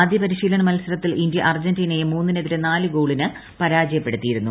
ആദ്യ പരിശീലന മത്സരത്തിൽ ഇന്ത്യ് അർജന്റീനയെ മൂന്നിനെതിരെ നാല് ഗോളിന് പരാജയപ്പെടുത്തിയിരുന്നു